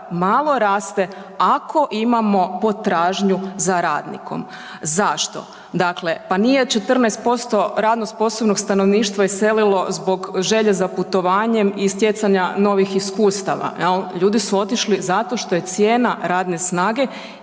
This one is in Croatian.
malo raste ako imamo potražnju radnikom. Zašto? Dakle, pa nije 14% radno sposobnog stanovništva iselilo zbog želje za putovanjem i stjecanja novih iskustava, jel', ljudi su otišli zato što je cijena radne snage